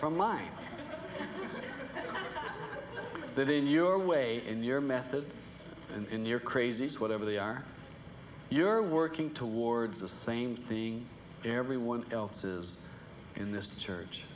from mine that in your way in your method and in your crazies whatever they are you're working towards the same thing everyone else is in this church